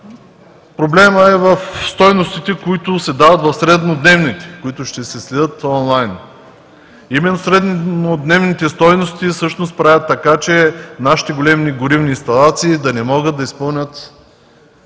Проблемът е в среднодневните стойности, които ще се следят онлайн. Именно среднодневните стойности всъщност правят така, че нашите големи горивни инсталации да не могат да изпълнят